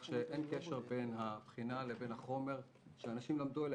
שאין קשר בין הבחינה לבין החומר שאנשים למדו.